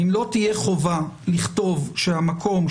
אם לא תהיה חובה לכתוב שהמקום,